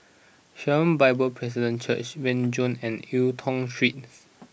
Sharon Bible Presbyterian Church Renjong and Eu Tong Street